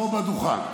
פה בדוכן.